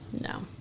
No